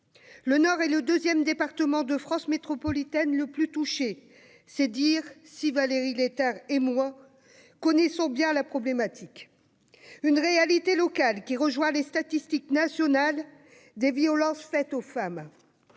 Le Nord est le deuxième département de France métropolitaine le plus touché ; c'est dire si Valérie Létard et moi connaissons bien la problématique. Une réalité locale qui rejoint les statistiques nationales des violences faites aux femmes.